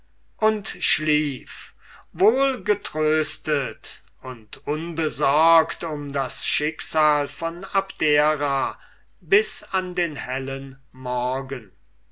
und schlief wohlgetröstet und unbesorgt um das schicksal von abdera bis an den hellen morgen